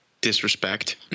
disrespect